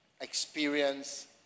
experience